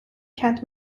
kent